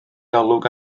olwg